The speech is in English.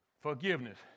Forgiveness